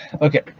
Okay